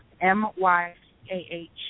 M-Y-A-H